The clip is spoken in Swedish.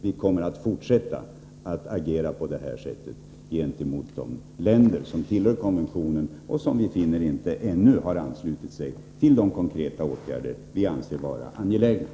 Vi kommer att fortsätta att agera på detta sätt gentemot de länder som tillhör konventionen och som vi finner inte ännu har anslutit sig till de konkreta åtgärder som vi anser vara angelägna.